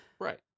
Right